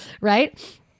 right